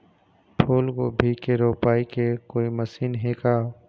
फूलगोभी के रोपाई के कोई मशीन हे का?